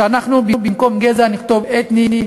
שאנחנו במקום גזע נכתוב: אתני,